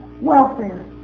welfare